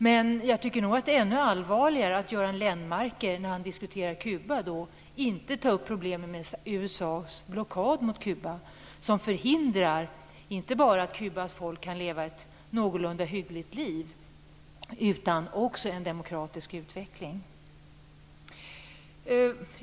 Men jag tycker att det är ännu allvarligare att Göran Lennmarker, när han diskuterar Kuba, inte tar upp problemet med USA:s blockad mot Kuba som förhindrar, inte bara att Kubas folk kan leva ett någorlunda hyggligt liv, utan också en demokratisk utveckling.